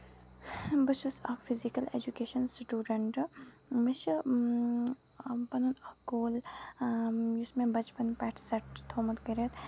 بہٕ چھَس اکھ فِزِیٖکل ایجوکیشن سٔٹوٗڈَنٹہٕ مےٚ چھ پَنُن اکھ گول یُس مےٚ بَچپَن پٮ۪ٹھ سیٹ چھُ تھومُت کٔرِتھ